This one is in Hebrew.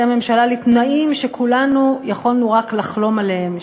הממשלה לתנאים שכולנו יכולנו רק לחלום עליהם.